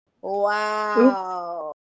Wow